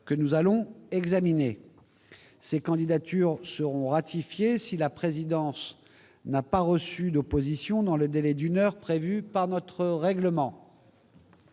que nous allons examiner. Ces candidatures seront ratifiées si la présidence n'a pas reçu d'opposition dans le délai d'une heure prévu par notre règlement.